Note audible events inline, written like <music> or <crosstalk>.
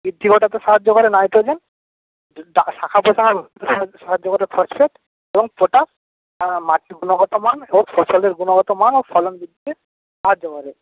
বৃদ্ধি ঘটাতে সাহায্য করে নাইট্রোজেন ডা শাখাপ্রশাখা <unintelligible> সাহায্য করে ফসফেট এবং পটাশ মাটির গুণগত মান এবং ফসলের গুণগত মান ও ফলন বৃদ্ধিতে সাহায্য করে